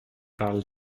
parle